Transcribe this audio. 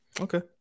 Okay